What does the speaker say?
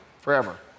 forever